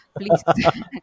please